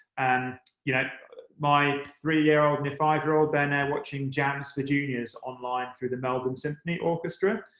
and yeah my three year old and five year old are now watching jams for juniors online through the melbourne symphony orchestra.